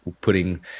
putting